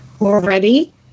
already